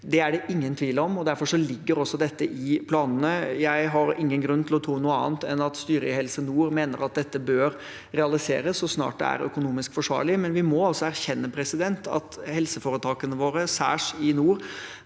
Det er det ingen tvil om, og derfor ligger også dette i planene. Jeg har ingen grunn til å tro noe annet enn at styret i Helse nord mener at dette bør realiseres så snart det er økonomisk forsvarlig, men vi må altså erkjenne at helseforetakene våre, især i nord,